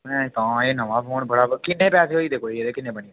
तां एह् नमां फोन बना किन्ने पैसे होई दे कोई किन्ने बनी गेदे